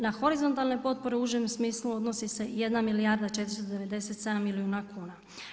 Na horizontalne potpore u užem smislu odnosi se 1 milijarda 497 milijuna kuna.